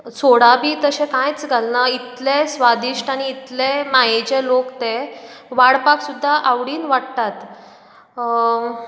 सोडा बी तशें कांयच घालना इतलें स्वादीश्ट आनी इतले मायेचे लोक ते वाडपाक सुद्दां आवडीन वाडटात